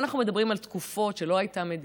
אנחנו מדברים על תקופות שלא הייתה בהן מדינה,